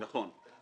נכון.